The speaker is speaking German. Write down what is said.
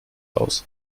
aus